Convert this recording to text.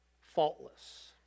faultless